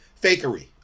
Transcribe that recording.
fakery